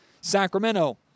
Sacramento